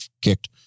kicked